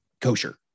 kosher